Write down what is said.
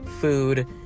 food